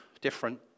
different